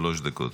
שלוש דקות.